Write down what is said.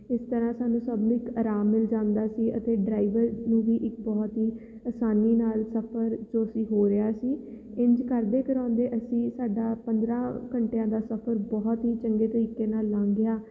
ਇਸ ਤਰ੍ਹਾਂ ਸਾਨੂੰ ਸਭ ਨੂੰ ਇੱਕ ਆਰਾਮ ਮਿਲ ਜਾਂਦਾ ਸੀ ਅਤੇ ਡਰਾਈਵਰ ਨੂੰ ਵੀ ਇੱਕ ਬਹੁਤ ਹੀ ਆਸਾਨੀ ਨਾਲ ਸਫਰ ਜੋ ਸੀ ਹੋ ਰਿਹਾ ਸੀ ਇੰਝ ਕਰਦੇ ਕਰਾਉਂਦੇ ਅਸੀਂ ਸਾਡਾ ਪੰਦਰਾਂ ਘੰਟਿਆਂ ਦਾ ਸਫਰ ਬਹੁਤ ਹੀ ਚੰਗੇ ਤਰੀਕੇ ਨਾਲ ਲੰਘ ਗਿਆ